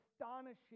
astonishing